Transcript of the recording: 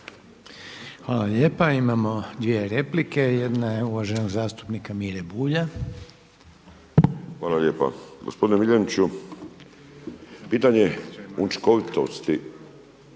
Hvala lijepa. Imao dvije replike. Jedna je uvaženog zastupnika Mire Bulja. **Bulj, Miro (MOST)** Hvala lijepa. Gospodine Miljeniću pitanje učinkovitosti